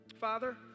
Father